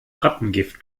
rattengift